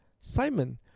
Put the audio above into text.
Simon